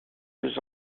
deux